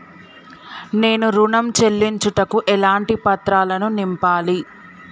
నేను ఋణం చెల్లించుటకు ఎలాంటి పత్రాలను నింపాలి?